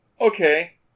Okay